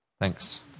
Thanks